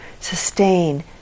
sustain